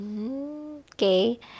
Okay